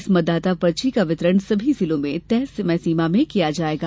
इस मतदाता पर्ची का वितरण सभी जिलो में तय सीमा में किया जाएगा